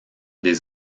des